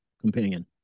companion